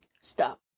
Stop